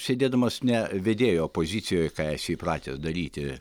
sėdėdamas ne vedėjo pozicijoj ką esi įpratęs daryti